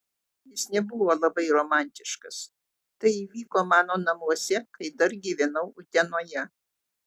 jis nebuvo labai romantiškas tai įvyko mano namuose kai dar gyvenau utenoje